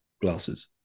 glasses